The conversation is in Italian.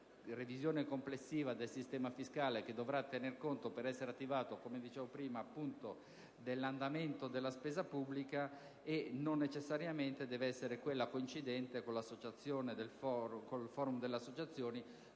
revisione complessiva del sistema fiscale, che dovrà tener conto, per essere attivata, dell'andamento della spesa pubblica, e non necessariamente deve essere quella coincidente con il *forum* delle associazioni.